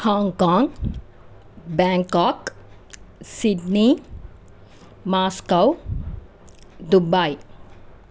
Hong Kong Bangkok Sydney Moscow Dubai